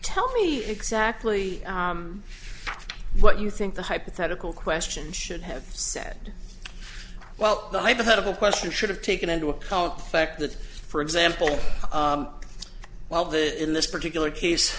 tell me exactly what you think the hypothetical question should have said well the hypothetical question should've taken into account fact that for example while the in this particular case